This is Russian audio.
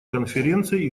конференцией